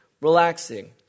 relaxing